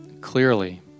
clearly